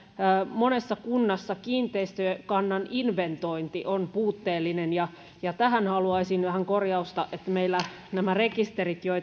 monessa kunnassa kiinteistökannan inventointi on puutteellinen ja ja tähän haluaisin vähän korjausta meillä nämä rekisterit